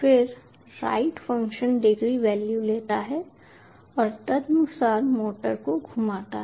फिर write function degree value लेता है और तदनुसार मोटर को घुमाता है